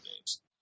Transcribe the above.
games